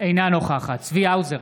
אינה נוכחת צבי האוזר,